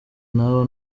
naba